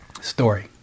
Story